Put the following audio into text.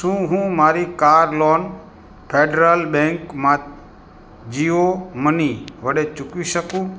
શું હું મારી કાર લોન ફેડરલ બેંકમાં જીઓ મની વડે ચૂકવી શકું